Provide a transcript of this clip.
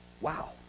wow